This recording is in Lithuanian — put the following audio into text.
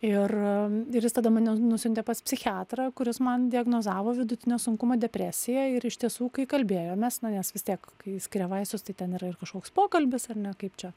ir ir jis tada mane nusiuntė pas psichiatrą kuris man diagnozavo vidutinio sunkumo depresiją ir iš tiesų kai kalbėjomės na nes vis tiek kai skiria vaistus tai ten yra ir kažkoks pokalbis ar ne kaip čia